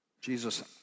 Jesus